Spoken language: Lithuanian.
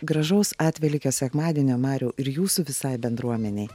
gražaus atvelykio sekmadienio mariau ir jūsų visai bendruomenei